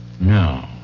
No